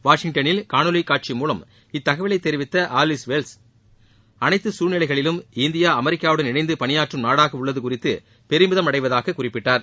வாஷிங்டன்னில் காணொலி காட்சி மூலம் இத்தகவலை தெரிவித்த ஆலிஸ் வெல்ஸ் அனைத்து சூழ்நிலைகளிலும் இந்தியா அமெரிக்கூவுடன் இணைந்து பணியாற்றம் நாடாக உள்ளது குறித்து பெருமிதம் அடைவதாக குறிப்பிட்டார்